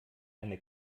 eine